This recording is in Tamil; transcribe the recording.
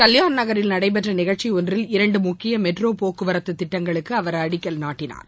கல்பாண் நகரில் நடைபெற்ற நிகழ்ச்சியொன்றில் இரண்டு முக்கிய மெட்ரோ போக்குவரத்து திட்டங்களுக்கு அவர் அடிக்கல் நாட்டினார்